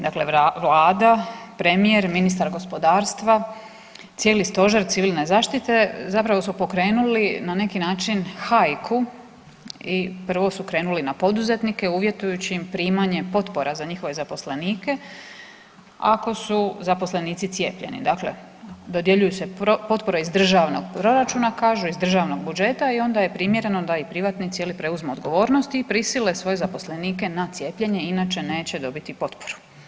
Dakle, Vlada, premijer, ministar gospodarstva, cijeli Stožer civilne zaštite zapravo su pokrenuli na neki način hajku i prvo su krenuli na poduzetnike uvjetujući im primanje potpora za njihove zaposlenike ako su zaposlenici cijepljeni, dakle dodjeljuju se potpore iz državnog proračuna kažu, iz državnog budžeta i onda je primjereno da i privatnici je li preuzmu odgovornost i prisile svoje zaposlenike na cijepljenje inače neće dobiti potporu.